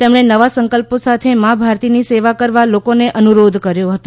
તમણે નવા સંકલ્પો સાથે મા ભારતીની સેવા કરવા લોકોને અનુરોધ કર્યો હતો